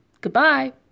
Goodbye